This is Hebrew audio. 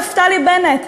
נפתלי בנט,